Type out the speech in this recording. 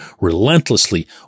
relentlessly